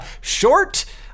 short